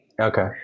Okay